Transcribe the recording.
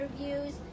interviews